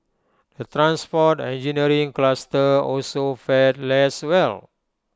the transport engineering cluster also fared less well